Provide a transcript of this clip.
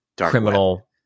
criminal